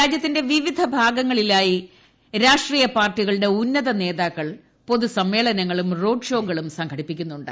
രാജ്യത്തിന്റെ വിവിധ ഭാഗങ്ങളിലായി രാഷ്ട്രീയ പാർട്ടികളുടെ ഉന്നത നേതാക്കൾ പൊതുസമ്മേളനങ്ങളും റോഡ് ഷോകളും സംഘടിപ്പിക്കുന്നുണ്ട്